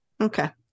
Okay